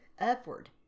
upward